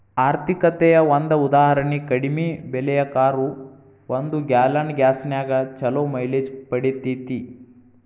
ಆರ್ಥಿಕತೆಯ ಒಂದ ಉದಾಹರಣಿ ಕಡಿಮೆ ಬೆಲೆಯ ಕಾರು ಒಂದು ಗ್ಯಾಲನ್ ಗ್ಯಾಸ್ನ್ಯಾಗ್ ಛಲೋ ಮೈಲೇಜ್ ಪಡಿತೇತಿ